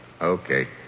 Okay